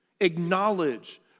acknowledge